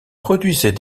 produisait